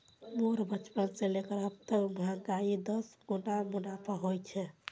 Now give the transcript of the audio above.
मोर बचपन से लेकर अब तक महंगाईयोत दस गुना मुनाफा होए छे